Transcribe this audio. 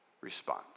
response